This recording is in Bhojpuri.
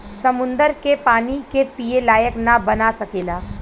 समुन्दर के पानी के पिए लायक ना बना सकेला